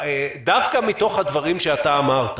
דווקא מתוך הדברים שאתה אמרת